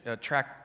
track